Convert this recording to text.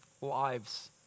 lives